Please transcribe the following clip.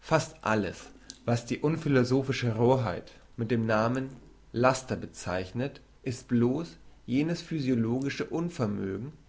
fast alles was die unphilosophische rohheit mit dem namen laster bezeichnet ist bloss jenes physiologische unvermögen